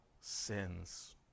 sins